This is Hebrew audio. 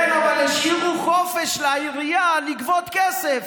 כן, אבל השאירו חופש לעירייה לגבות כסף,